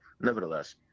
Nevertheless